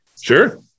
Sure